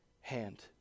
hand